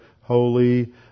holy